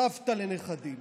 סבתא לנכדים.